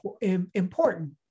important